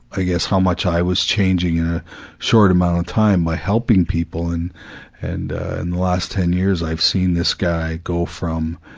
i guess, how much i was changing in a short amount of time by helping people, and and and the last ten years i've seen this guy go from,